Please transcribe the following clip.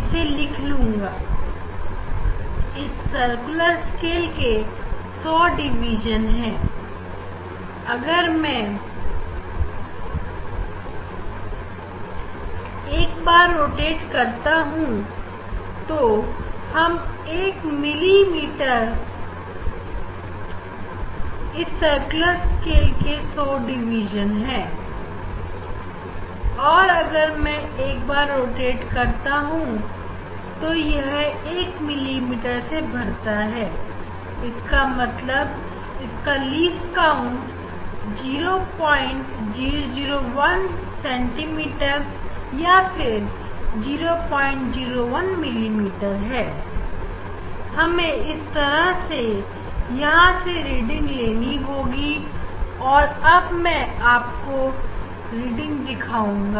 इसको लिख लूंगा इस सर्कुलर स्केल के सो डिवीजन है अगर मैं एक बार रोटेट करता हूं तो एक मिली मीटर इस सर्कुलर स्केल के सो डिवीजन है और अगर मैं एक बार रोटेट करता हूं तो यह एक मिली मीटर से भरता है इसका मतलब इसका लीस्ट काउंट 0001 सेंटीमीटर या फिर 001 मिलीमीटर है हमें इस तरह से यहां से रीडिंग लेनी होंगी और अब मैं आपको रीडिंग दिखाऊंगा